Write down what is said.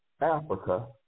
Africa